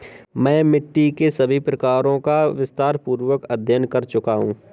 मैं मिट्टी के सभी प्रकारों का विस्तारपूर्वक अध्ययन कर चुका हूं